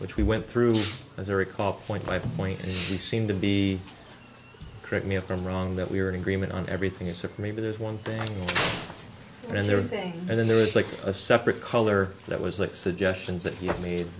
which we went through as i recall point by point he seemed to be correct me if i'm wrong that we are in agreement on everything except maybe there's one thing and their thing and then there was like a separate color that was like suggestions that you made